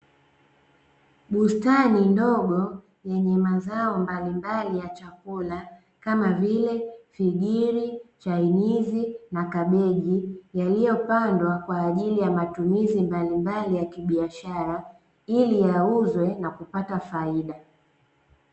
Bustani ndogo yenye mazao mbalimbali ya chakula kama vile; figiri, chainizi na kabeji yaliyopandwa kwa ajili ya matumizi mbalimbali ya kibiashara ili yauzwe na kupata faida.